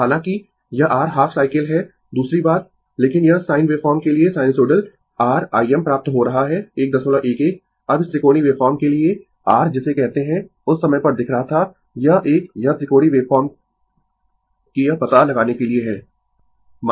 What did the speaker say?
तो हालांकि यह r हाफ साइकिल है दूसरी बात लेकिन साइन वेवफॉर्म के लिए साइनसुइडल r Im प्राप्त हो रहा है 111 अब इस त्रिकोणीय वेवफॉर्म के लिए r जिसे कहते है उस समय पर दिखा रहा था यह एक यह त्रिकोणीय वेवफॉर्म कि यह पता लगाने के लिए है